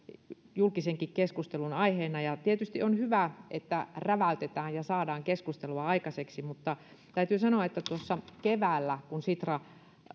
julkisenkin keskustelun aiheina tietysti on hyvä että räväytetään ja saadaan keskustelua aikaiseksi mutta täytyy sanoa että tuossa keväällä kun sitra